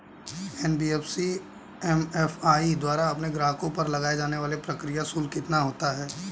NBFC MFI द्वारा अपने ग्राहकों पर लगाए जाने वाला प्रक्रिया शुल्क कितना होता है?